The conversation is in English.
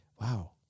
wow